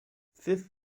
this